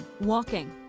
walking